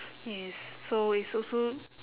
yes so it's also